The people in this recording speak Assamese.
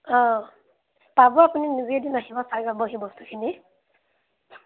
অঁ পাব আপুনি নিজেই এদিন আহিব চাই যাবহি বস্তুখিনি